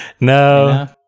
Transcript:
no